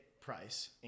price